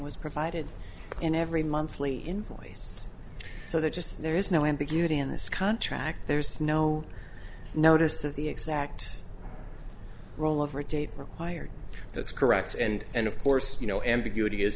was provided in every monthly invoice so they just there is no ambiguity in this contract there is no notice of the exact role of or date required that's correct and of course you know ambiguity is